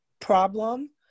problem